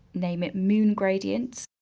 name it moon gradient.